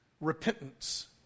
Repentance